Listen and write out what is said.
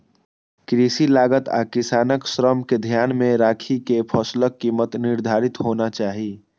कृषि लागत आ किसानक श्रम कें ध्यान मे राखि के फसलक कीमत निर्धारित होना चाही